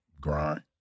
grind